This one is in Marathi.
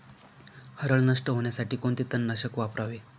हरळ नष्ट होण्यासाठी कोणते तणनाशक वापरावे?